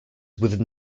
within